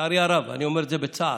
לצערי הרב, אני אומר את זה בצער,